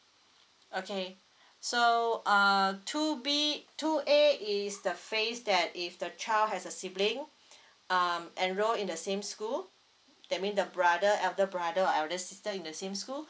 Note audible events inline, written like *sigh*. okay so uh two B two A is the phase that if the child has a sibling *breath* um enrolled in the same school that mean the brother elder brother or elder sister in the same school *breath*